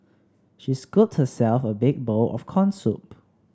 she scooped herself a big bowl of corn soup